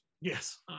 yes